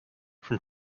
from